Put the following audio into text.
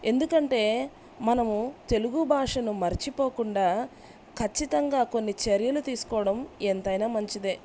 ఎందుకంటే మనము తెలుగు భాషను మర్చిపోకుండా ఖచ్చితంగా కొన్ని చర్యలు తీసుకోవడం ఎంతైనా మంచిదే